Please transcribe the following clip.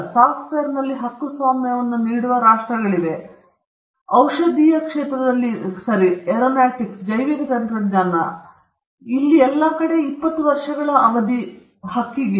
ಸಾಫ್ಟ್ವೇರ್ನಲ್ಲಿ ಹಕ್ಕುಸ್ವಾಮ್ಯವನ್ನು ನೀಡುವ ರಾಷ್ಟ್ರಗಳಿಗೆ ಇದು ಔಷಧೀಯ ಏರೋನಾಟಿಕ್ಸ್ ಜೈವಿಕ ತಂತ್ರಜ್ಞಾನ ಸಾಫ್ಟ್ವೇರ್ ಆಗಿರಲಿ ಇದು 20 ವರ್ಷಗಳ ಅವಧಿಯಾಗಿದೆ